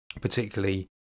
particularly